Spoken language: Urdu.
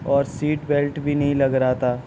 اور سیٹ بلٹ بھی نہیں لگ رہا تھا